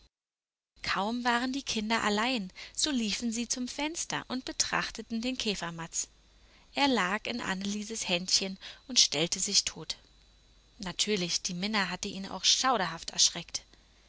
kaum waren die kinder allein so liefen sie zum fenster und betrachteten den käfermatz er lag in annelieses händchen und stellte sich tot natürlich die minna hatte ihn auch schauderhaft erschreckt